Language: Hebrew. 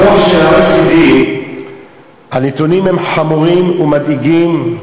לפי הדוח של ה-OECD, הנתונים הם חמורים ומדאיגים,